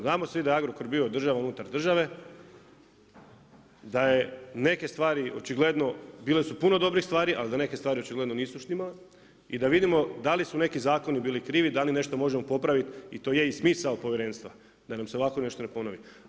Znamo svi da je Agrokor bio država unutar države, da je neke stvari očigledno bile su puno dobrih stvari, ali da neke stvari očigledno nisu štimale i da vidimo da li su neki zakoni bili krivi, da li nešto možemo popraviti i to je i smisao povjerenstva da nam se ovako nešto ne ponovi.